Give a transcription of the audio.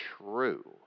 true